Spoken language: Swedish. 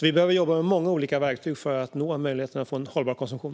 Vi behöver jobba med många olika verktyg för att nå en hållbar konsumtion.